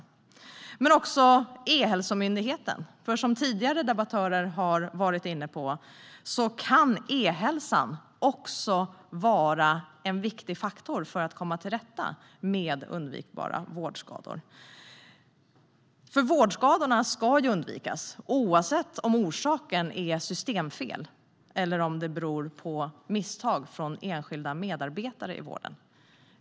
Men det gäller också Ehälsomyndigheten. Som tidigare debattörer har varit inne på kan ehälsan vara en viktig faktor för att komma till rätta med undvikbara vårdskador. Vårdskadorna ska undvikas, oavsett om orsaken är systemfel eller om de beror på misstag från enskilda medarbetare i vården.